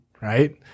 right